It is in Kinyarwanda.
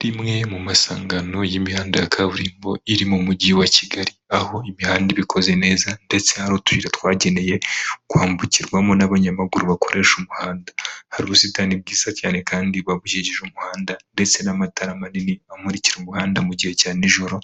Rimwe mu masangano y'imihanda ya kaburimbo iri mu mujyi wa Kigali. Aho imihanda ibikoze neza ndetse hari utura twagenewe kwambukirwamo n'abanyamaguru bakoresha umuhanda hari ubusitani bwiza cyane kandi babujejije umuhanda ndetse n'amatara manini amurikira umuhanda mu gihe cya nijoro